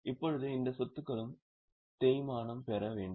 இப்போது இந்த சொத்துக்களும் தேய்மானம் பெற வேண்டும்